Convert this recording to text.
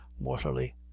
mortally